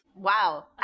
Wow